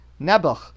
Nebuch